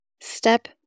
Step